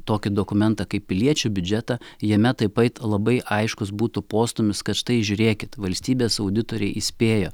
tokį dokumentą kaip piliečių biudžetą jame taip pat labai aiškus būtų postūmis kad štai žiūrėkit valstybės auditoriai įspėjo